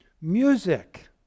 Music